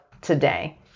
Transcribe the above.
today